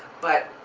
but.